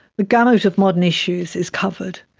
the gamut of modern issues is covered,